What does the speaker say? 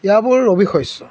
এয়াবোৰ ৰবি শস্য